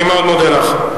אני מאוד מודה לך.